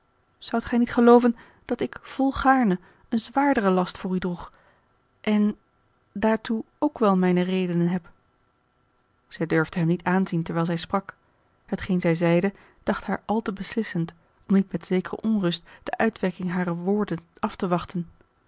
zoudt gij niet gelooven dat ik volgaarne een zwaarderen last voor u droeg en daartoe ook wel mijne redenen heb zij durfde hem niet aanzien terwijl zij sprak hetgeen zij zeide dacht haar al te beslissend om niet met zekere onrust de uitwerking harer woorden af te wachten